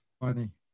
funny